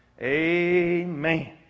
Amen